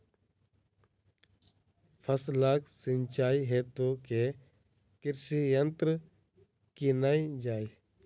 फसलक सिंचाई हेतु केँ कृषि यंत्र कीनल जाए?